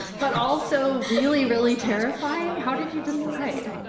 but also, really, really terrifying. how did you decide?